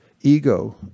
ego